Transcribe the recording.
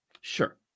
Sure